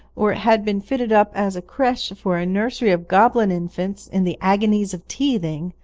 or it had been fitted up as a creche for a nursery of goblin infants in the agonies of teething,